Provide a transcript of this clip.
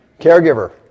Caregiver